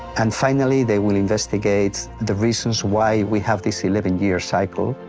and finally they will investigate the reasons why we have this eleven year cycle.